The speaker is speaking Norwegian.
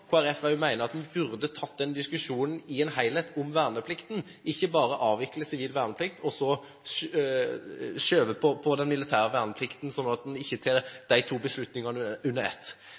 at en burde tatt en helhetlig diskusjon om verneplikt, ikke bare avviklet sivil verneplikt, og så skjøvet på den militære verneplikten – man tar ikke de to beslutningene under ett.